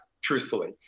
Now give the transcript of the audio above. truthfully